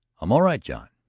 i'm all right, john,